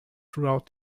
throughout